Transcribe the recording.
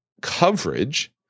coverage